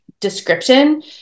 description